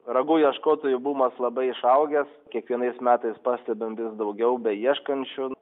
ragų ieškotojų bumas labai išaugęs kiekvienais metais pastebim vis daugiau beieškančių